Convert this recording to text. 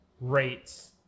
rates